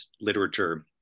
literature